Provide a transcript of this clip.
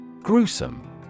Gruesome